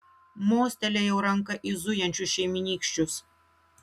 mostelėjau ranka į zujančius šeimynykščius